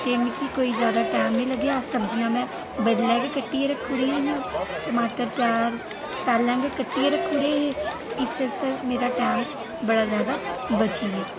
ते मिकी कोई ज्यादा टैम नी लग्गेआ सब्जियां में बड़लै गै कट्टियै रक्खी ओडियां हियां टमाटर प्याज पैह्ले गै कट्टियै रक्खी ओडे़ हे ते इस आस्तै मेरा टैम बड़ा ज्यादा बची गेआ